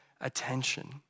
attention